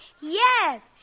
Yes